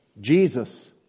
Jesus